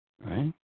right